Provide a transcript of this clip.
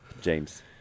james